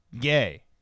Gay